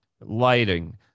lighting